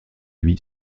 lui